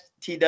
tw